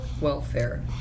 welfare